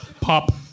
Pop